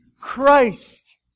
Christ